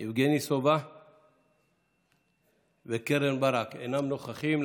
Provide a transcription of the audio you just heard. יבגני סובה וקרן ברק, אינם נוכחים.